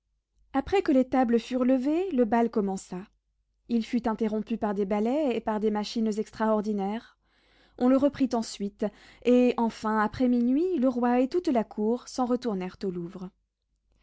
après que les tables furent levées le bal commença il fut interrompu par des ballets et par des machines extraordinaires on le reprit ensuite et enfin après minuit le roi et toute la cour s'en retournèrent au louvre